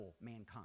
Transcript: mankind